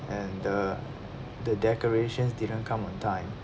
and the the decorations didn't come on time